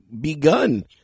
begun